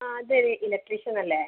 ആ അതേ ഇത് ഇലക്ട്രിഷ്യൻ അല്ലേ